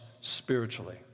spiritually